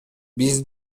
биз